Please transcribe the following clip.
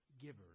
givers